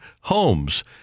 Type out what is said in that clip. Homes